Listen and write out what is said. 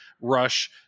rush